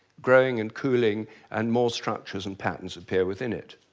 growing and cooling and more structures and patterns appear within it.